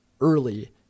early